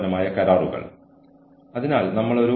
എനിക്ക് നേരിട്ടുള്ള അനുഭവം ഇല്ല